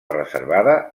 reservada